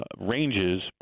ranges